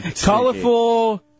Colorful